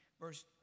verse